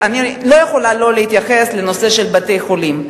אני לא יכולה לא להתייחס לנושא בתי-החולים.